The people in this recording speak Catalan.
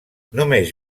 només